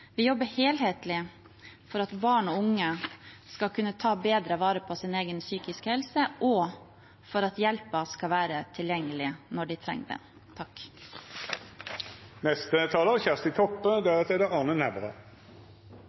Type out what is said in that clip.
Vi jobber helhetlig for at barn og unge skal kunne ta bedre vare på sin egen psykiske helse, og for at hjelpen skal være tilgjengelig når de trenger den.